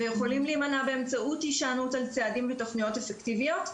ויכולים להימנע באמצעות הישענות על צעדים ותוכניות אפקטיביות,